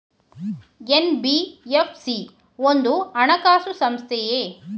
NBFC ಒಂದು ಹಣಕಾಸು ಸಂಸ್ಥೆಯೇ?